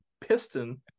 piston